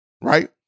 Right